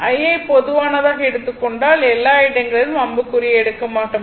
I யை பொதுவானதாக எடுத்துக் கொண்டால் எல்லா இடங்களிலும் அம்புக்குறியை எடுக்க மாட்டோம்